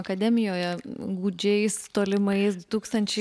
akademijoje gūdžiais tolimais du tūkstančiai